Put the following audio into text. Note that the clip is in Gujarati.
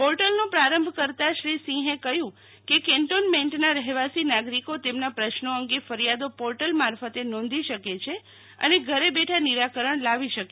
પોર્ટલનો પ્રારંભ કરતા શ્રી સિંહે કહ્યું કે કેન્ટોનમેન્ટના રહેવાસી નાગરિકો તેમના પ્રશ્નો અંગે ફરિયાદો પોર્ટલ મારફતે નોંધી શકે છે અને ઘરે બેઠા નિરાકરણ લાવી શકે